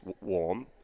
warm